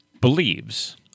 believes